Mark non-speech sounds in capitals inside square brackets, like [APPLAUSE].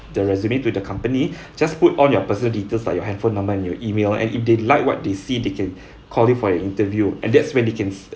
the resume to the company [BREATH] just put all your personal details like your hand phone number and your email and if they like what they see they can [BREATH] call you for an interview and that's when they can